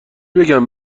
بگم